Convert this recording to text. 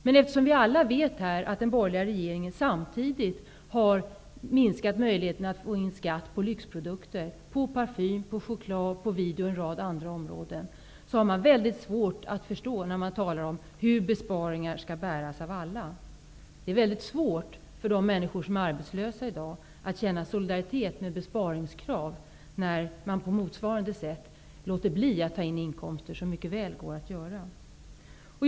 Men eftersom vi alla här vet att den borgerliga regeringen samtidigt har minskat möjligheterna att få in skatt på lyxprodukter -- parfym, choklad, videor och en rad andra områden -- har jag väldigt svårt att förstå talet om att besparingar skall bäras av alla. Det är väldigt svårt för de människor som är arbetslösa i dag att känna solidaritet i fråga om besparingskrav, när man på motsvarande sätt låter bli att ta in inkomster som mycket väl går att ta in.